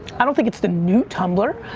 i don't think it's the new tumblr.